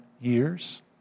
years